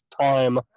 time